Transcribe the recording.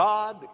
God